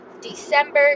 December